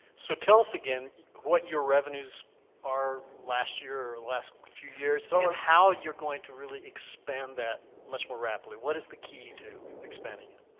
so tell us again what your revenues are last year or last few years and how you're going to really expand that much more rapidly? what is the key to expanding it?